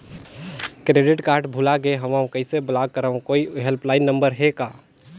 Credit card भुला गे हववं कइसे ब्लाक करव? कोई हेल्पलाइन नंबर हे का?